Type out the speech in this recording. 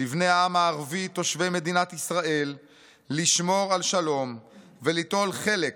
לבני העם הערבי תושבי מדינת ישראל לשמור על שלום וליטול חלק